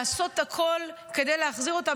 לעשות הכול כדי להחזיר אותם.